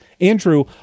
andrew